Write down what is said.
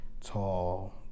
tall